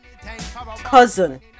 cousin